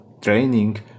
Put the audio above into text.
training